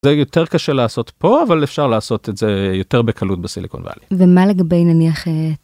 יותר קשה לעשות פה אבל אפשר לעשות את זה יותר בקלות בסיליקון ואלי. ומה לגבי נניח אה..